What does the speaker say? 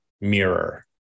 mirror